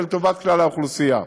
ולטובת כלל האוכלוסייה.